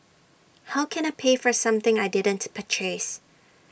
how can I pay for something I didn't purchase